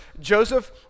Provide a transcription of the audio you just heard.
Joseph